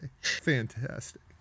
Fantastic